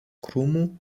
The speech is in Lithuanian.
krūmų